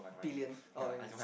billion or when you see